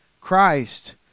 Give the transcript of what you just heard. Christ